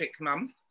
mum